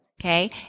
okay